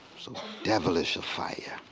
so devilish a fire,